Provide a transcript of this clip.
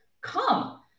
Come